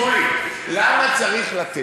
שולי, למה צריך לתת?